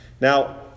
Now